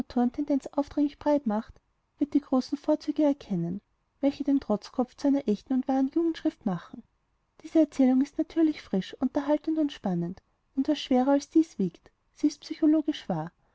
aufdringlich breit macht wird die großen vorzüge erkennen welche den trotzkopf zu einer echten und wahren jugendschrift machen diese erzählung ist natürlich frisch unterhaltend und spannend und was schwerer als dies alles wiegt sie ist psychologisch wahr